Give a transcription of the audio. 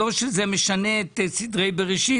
לא שזה משנה סדרי בראשית,